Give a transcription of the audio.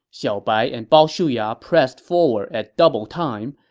xiaobai and bao shuya pressed forward at double time,